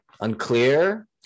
unclear